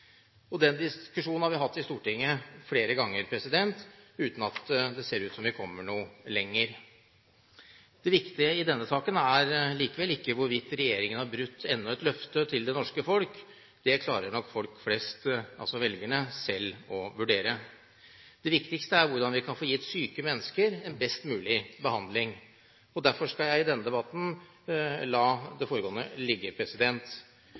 garantien. Den diskusjonen har vi hatt i Stortinget flere ganger uten at det ser ut til at vi kommer noe lenger. Det viktige i denne saken er likevel ikke hvorvidt regjeringen har brutt enda et løfte til det norske folk. Det klarer nok folk flest – altså velgerne – selv å vurdere. Det viktigste er hvordan vi kan få gitt syke mennesker en best mulig behandling, og derfor skal jeg i denne debatten la det foregående ligge.